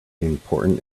important